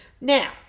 Now